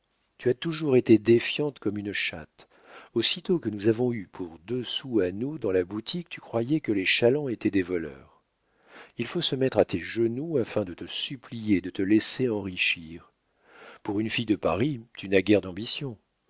tu as toujours été défiante comme une chatte aussitôt que nous avons eu pour deux sous à nous dans la boutique tu croyais que les chalands étaient des voleurs il faut se mettre à tes genoux afin de te supplier de te laisser enrichir pour une fille de paris tu n'as guère d'ambition